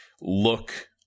look